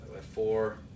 four